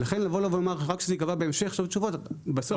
לכן לבוא לומר רק שזה ייקבע בהמשך שיהיו תשובות -- לא,